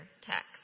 text